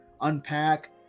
unpack